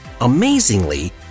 Amazingly